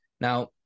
Now